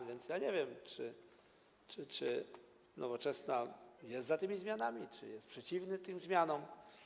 A więc ja nie wiem, czy Nowoczesna jest za tymi zmianami, czy jest przeciwna tym zmianom.